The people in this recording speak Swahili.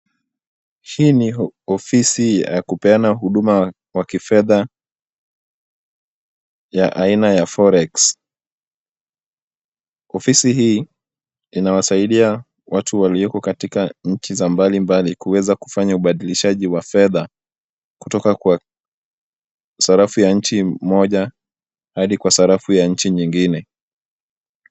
Hii ni ofisi ya kupeana huduma wa kifedha ya aina ya Forex. Ofisi hii inawasaidia watu walioko katika nchi za mbali mbali kuweza kufanya ubadilishaji wa fedha kutoka kwa sarafu ya nchi moja hadi kwa sarafu ya nchi nyingine.